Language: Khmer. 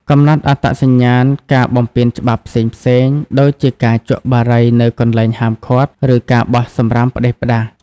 កំណត់អត្តសញ្ញាណការបំពានច្បាប់ផ្សេងៗ ដូចជាការជក់បារីនៅកន្លែងហាមឃាត់ ឬការបោះសំរាមផ្ដេសផ្ដាស។